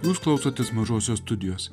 jūs klausotės mažosios studijos